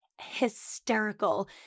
hysterical